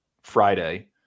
Friday